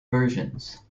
versions